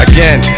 Again